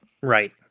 Right